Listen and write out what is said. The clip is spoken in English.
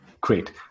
Great